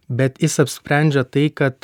bet jis apsprendžia tai kad